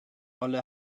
olle